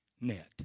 net